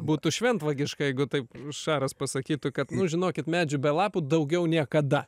būtų šventvagiška jeigu taip šaras pasakytų kad nu žinokit medžių be lapų daugiau niekada